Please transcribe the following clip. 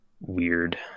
weird